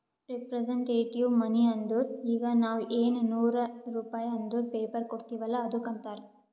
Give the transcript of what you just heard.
representative money ಅಂದುರ್ ಈಗ ನಾವ್ ಎನ್ ನೂರ್ ರುಪೇ ಅಂದುರ್ ಪೇಪರ್ ಕೊಡ್ತಿವ್ ಅಲ್ಲ ಅದ್ದುಕ್ ಅಂತಾರ್